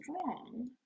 strong